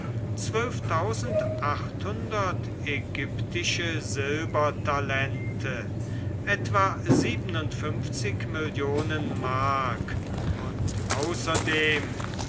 ägyptische silber etwa mark und außerdem